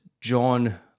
John